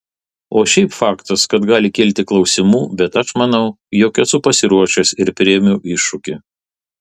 o šiaip faktas kad gali kilti klausimų bet aš manau jog esu pasiruošęs ir priėmiau iššūkį